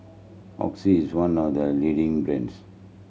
Oxy is one of the leading brands